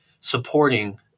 supporting